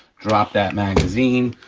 drop that magazine,